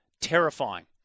terrifying